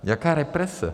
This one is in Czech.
Jaká represe?